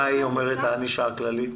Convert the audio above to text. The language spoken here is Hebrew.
מה אומרת הענישה הכללית?